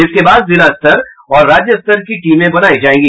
इसके बाद जिला स्तर और राज्य स्तर की टीम बनायी जायेगी